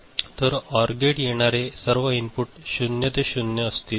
तर ओर गेटवर येणारे सर्व इनपुट 0 ते 0 असतील